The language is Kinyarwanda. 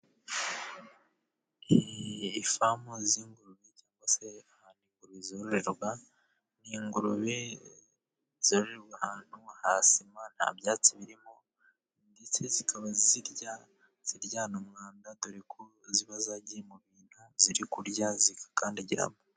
Ifamu y'ingurube cyangwa se aho ingurube zororerwa. Ni ingurube zororerwa ahantu nta sima, nta byatsi birimo ndetse zikaba zirya ziryana umwanda, dore ko ziba zagiye mu bintu ziri kurya zigakandagiramo.